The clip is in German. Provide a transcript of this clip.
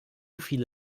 viele